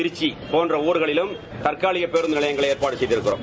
திருச்சி போன்ற ஊர்களிலும் தற்காலிக பேருந்து நிலையங்களுக்கு ஏற்பாடு செய்திருக்கிறோம்